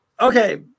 okay